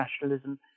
nationalism